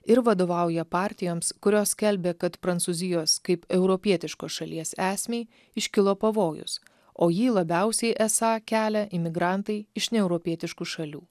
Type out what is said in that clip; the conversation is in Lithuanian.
ir vadovauja partijoms kurios skelbia kad prancūzijos kaip europietiškos šalies esmei iškilo pavojus o jį labiausiai esą kelia imigrantai iš neeuropietiškų šalių